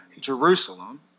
Jerusalem